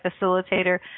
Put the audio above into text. facilitator